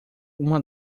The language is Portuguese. uma